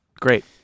great